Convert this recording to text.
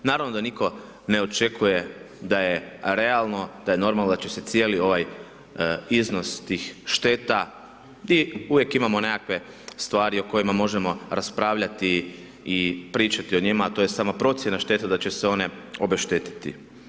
Naravno da nitko ne očekuje da je realno, da je normalno da će se cijeli ovaj iznos tih šteta i uvijek imamo nekakve stvari o kojima možemo raspravljati i pričati o njima, to je samo procjena štete da će se one obeštetiti.